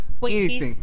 Wait